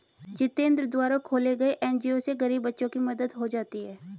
जितेंद्र द्वारा खोले गये एन.जी.ओ से गरीब बच्चों की मदद हो जाती है